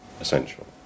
essential